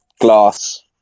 glass